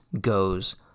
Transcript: goes